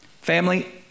family